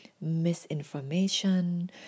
misinformation